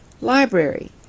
Library